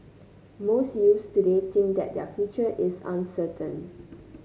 most youths today think that their future is uncertain